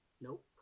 Nope